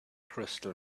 crystal